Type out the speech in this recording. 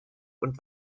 und